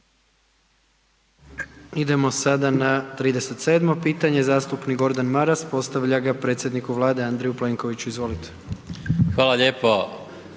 Idemo sada na 37. pitanje, zastupnik Gordan Maras postavlja ga predsjedniku Vlade Andreju Plenkoviću, izvolite. **Maras,